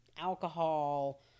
alcohol